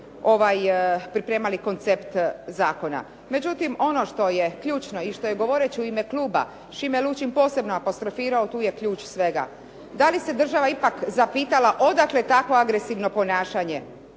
pripremali koncept zakona. Međutim, ono što je ključno i što je govoreći u ime kluba Šime Lučin posebno apostrofirao tu je ključ svega. Da li se država ipak zapitala odakle takvo agresivno ponašanje,